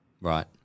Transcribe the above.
Right